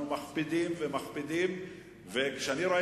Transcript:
כך דרכה